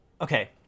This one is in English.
Okay